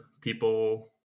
people